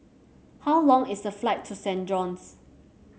how long is a flight to Saint John's